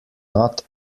not